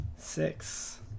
Six